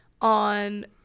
on